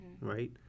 right